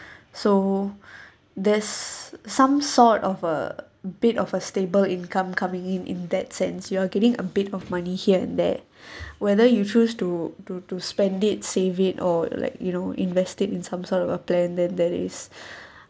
so there's some sort of a bit of a stable income coming in in that sense you're getting a bit of money here and there whether you choose to to to spend it save it or like you know invested in some sort of a plan then that is